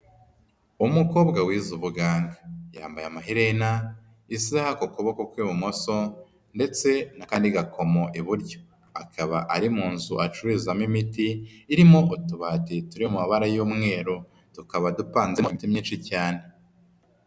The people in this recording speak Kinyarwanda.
Umukobwa wize ubuganga. Yambaye amaherena, isaha ku kuboko kw'ibumoso ndetse n'akandi gakomo iburyo. Akaba ari mu nzu acururizamo imiti, irimo utubati turi mu mabara y'umweru, tukaba dupanzemo imiti myinshi cyane.